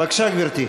בבקשה, גברתי.